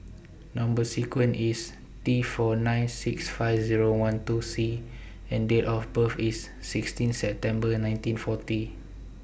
Number sequence IS T four nine six five Zero one two C and Date of birth IS sixteen September nineteen forty